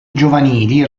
giovanili